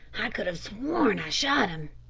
i could have sworn i shot him,